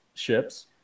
ships